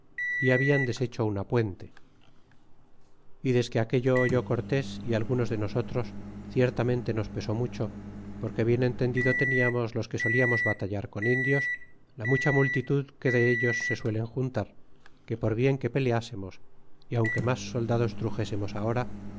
y hablan deshecho una puente y desque aquello oyó cortés y algunos de nosotros ciertamente nos pesó mucho porque bien entendido teniamos los que soliarnos batallar con indios la mucha multitud que dellos se suelen juntar que por bien que peleásemos y aunque mas soldados truxésemos ahora